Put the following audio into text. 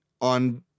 on